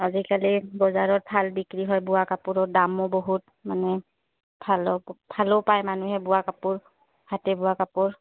আজিকালি বজাৰত ভাল বিক্ৰী হয় বোৱা কাপোৰৰ দামো বহুত মানে ভালৰ ভালো পায় মানুহে বোৱা কাপোৰ হাতে বোৱা কাপোৰ